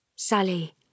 Sally